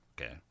Okay